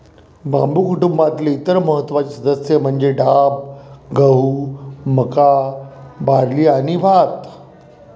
बांबू कुटुंबातील इतर महत्त्वाचे सदस्य म्हणजे डाब, गहू, मका, बार्ली आणि भात